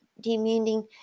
demanding